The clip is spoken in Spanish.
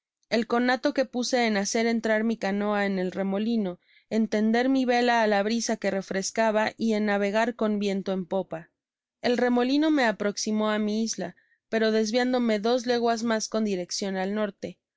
el conato que puse en hacer entrar mi canoa en el remolino en tender mi vela á la brisa que refrescaba y en navegar con viento en popa el remolino me aproximó á mi isla pero desviándome dos leguas mas con direccion al norte asi